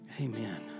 amen